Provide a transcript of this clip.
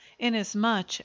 Inasmuch